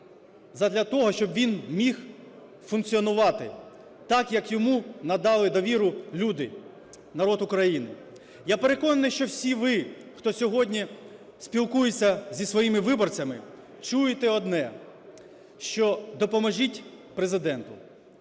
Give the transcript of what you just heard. задля того, щоб він міг функціонувати, так, як йому надали довіру люди – народ України. Я переконаний, що всі ви, хто сьогодні спілкується зі своїми виборцями, чуєте одне, що допоможіть Президенту,